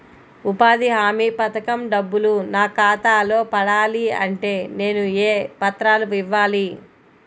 ఉపాధి హామీ పథకం డబ్బులు నా ఖాతాలో పడాలి అంటే నేను ఏ పత్రాలు ఇవ్వాలి?